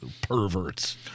Perverts